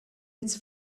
its